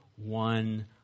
One